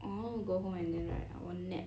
I want to go home and then like I want nap